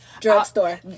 Drugstore